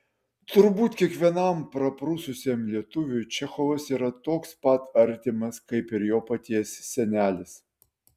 turbūt kiekvienam praprususiam lietuviui čechovas yra toks pat artimas kaip ir jo paties senelis